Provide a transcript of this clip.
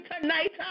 tonight